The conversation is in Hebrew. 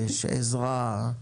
עזרה,